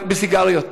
רק בסיגריות,